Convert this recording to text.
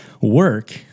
work